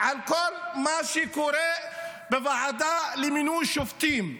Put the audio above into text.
על כל מה שקורה בוועדה למינוי שופטים.